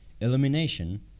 Elimination